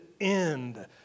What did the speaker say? end